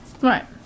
Right